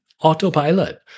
autopilot